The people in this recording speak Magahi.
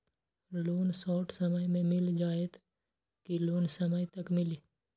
लोन शॉर्ट समय मे मिल जाएत कि लोन समय तक मिली?